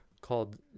called